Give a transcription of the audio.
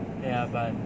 !aiya! but